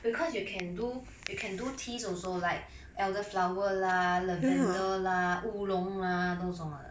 because you can do you can do teas also like elder flower lah lavender lah oolong lah 那种的